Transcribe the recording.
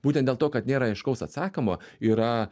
būtent dėl to kad nėra aiškaus atsakymo yra